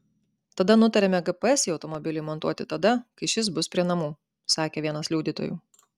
tada nutarėme gps į automobilį įmontuoti tada kai šis bus prie namų sakė vienas liudytojų